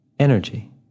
energy